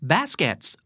Baskets